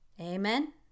Amen